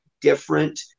different